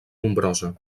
nombrosa